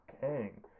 Kang